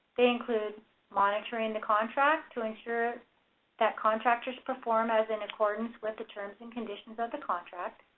they include monitoring the contract to ensure that contractors perform as in accordance with the terms and conditions of the contract.